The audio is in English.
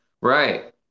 Right